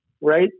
right